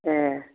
ए